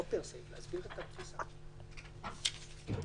נדמה לי